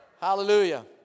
Hallelujah